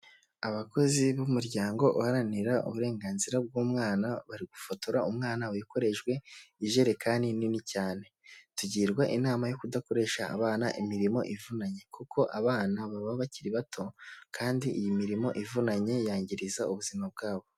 Abakozi b'umuryango uharanira uburenganzira bw'umwana, bari gufotora umwana wikorejwe ijerekani nini cyane. Tugirwa inama yo kudakoresha abana imirimo ivunanye kuko abana baba bakiri bato kandi iyi mirimo ivunanye yangiriza ubuzima bwabo.